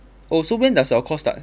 oh so when does your course start